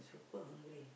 super hungry